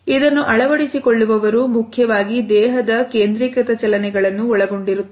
ಇದನ್ನು ಅಳವಡಿಸಿಕೊಳ್ಳುವವರು ಮುಖ್ಯವಾಗಿ ದೇಹದ ಕೇಂದ್ರೀಕೃತ ಚಲನೆಗಳನ್ನು ಒಳಗೊಂಡಿರುತ್ತಾರೆ